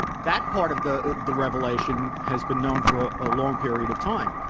that part of the the revelation has been known for a long period of time.